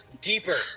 deeper